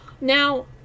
Now